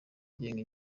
agenga